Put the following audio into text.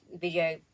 video